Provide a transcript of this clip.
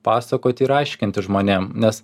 pasakoti ir aiškinti žmonėm nes